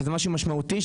זה משהו משמעותי,